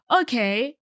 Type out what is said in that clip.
Okay